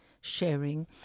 sharing